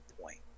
point